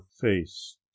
face